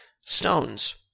stones